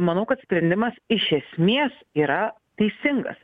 manau kad sprendimas iš esmės yra teisingas